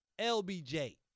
LBJ